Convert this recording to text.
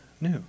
new